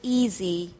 easy